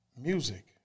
music